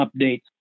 updates